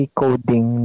coding